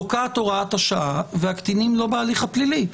פוקעת הוראת השעה והקטינים לא בהליך הפלילי.